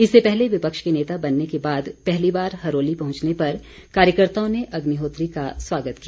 इससे पहले विपक्ष के नेता बनने के बाद पहली बार हरोली पहुंचने पर कार्यकर्ताओं ने अग्निहोत्री का स्वागत किया